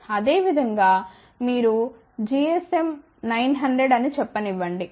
అదేవిధంగా మీరు GSM 900 అని చెప్పనివ్వండి